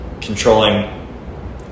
controlling